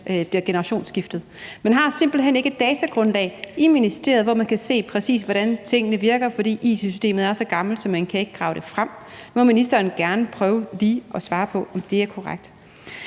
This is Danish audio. bliver generationsskiftet. Man har simpelt hen ikke et datagrundlag i ministeriet, hvor man præcis kan se, hvordan tingene virker, fordi it-systemet er så gammelt, så man ikke kan grave det frem. Nu må ministeren gerne lige prøve at svare på, om det er korrekt.